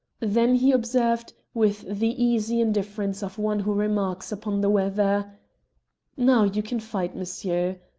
then he observed, with the easy indifference of one who remarks upon the weather now you can fight, monsieur.